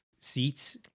seats